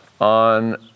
on